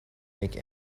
make